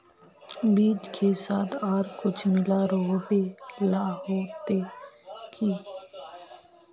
बीज के साथ आर कुछ मिला रोहबे ला होते की?